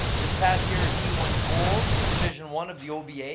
this past year, her team won gold in division one of the obas.